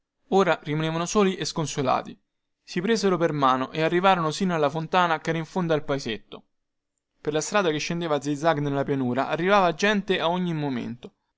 ora rimanevano soli e sconsolati si presero per mano e arrivarono sino alla fontana chera in fondo al paesetto per la strada che scendeva a zig zag nella pianura arrivava gente a ogni momento